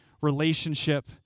relationship